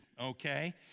okay